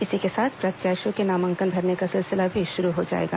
इसी के साथ प्रत्याशियों के नामांकन भरने का सिलसिला भी शुरू हो जाएगा